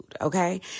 okay